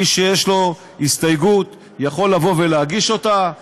מי שיש לו הסתייגות יכול להגיש אותה בוועדה.